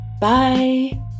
Bye